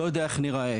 לא יודע איך ניראה.